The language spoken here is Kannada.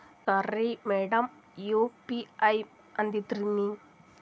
ನಮಸ್ಕಾರ್ರಿ ಮಾಡಮ್ ಯು.ಪಿ.ಐ ಅಂದ್ರೆನ್ರಿ?